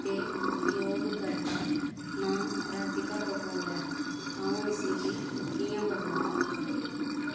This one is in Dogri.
ते उपयोगकर्ता नांऽ राधिका कपूर ऐ अं'ऊ इसी गी कि'यां बदलां